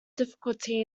difficulty